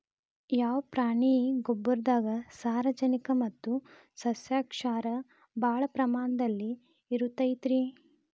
ಯಾವ ಪ್ರಾಣಿಯ ಗೊಬ್ಬರದಾಗ ಸಾರಜನಕ ಮತ್ತ ಸಸ್ಯಕ್ಷಾರ ಭಾಳ ಪ್ರಮಾಣದಲ್ಲಿ ಇರುತೈತರೇ?